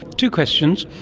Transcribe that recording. two questions,